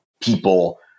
people